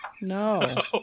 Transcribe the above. No